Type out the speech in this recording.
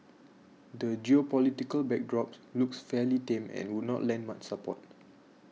the geopolitical backdrop looks fairly tame and would not lend much support